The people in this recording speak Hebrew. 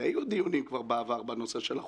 הרי בעבר היו כבר דיונים בנושא החוק.